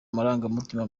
amarangamutima